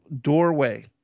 doorway